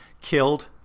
killed